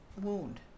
wound